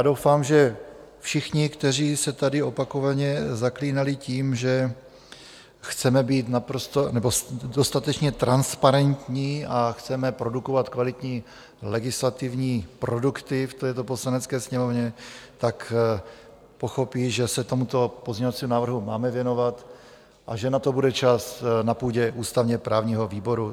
Doufám, že všichni, kteří se tady opakovaně zaklínali tím, že chceme být naprosto nebo dostatečně transparentní a chceme produkovat kvalitní legislativní produkty v této Poslanecké sněmovně, pochopí, že se tomuto pozměňovacímu návrhu máme věnovat a že na to bude čas na půdě ústavněprávního výboru.